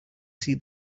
see